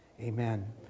Amen